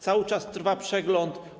Cały czas trwa przegląd.